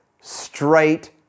straight